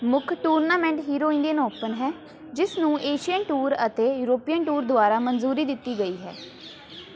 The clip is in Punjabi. ਮੁੱਖ ਟੂਰਨਾਮੈਂਟ ਹੀਰੋ ਇੰਡੀਅਨ ਓਪਨ ਹੈ ਜਿਸ ਨੂੰ ਏਸ਼ੀਆਈ ਟੂਰ ਅਤੇ ਯੂਰੋਪੀਅਨ ਟੂਰ ਦੁਆਰਾ ਮਨਜ਼ੂਰੀ ਦਿੱਤੀ ਗਈ ਹੈ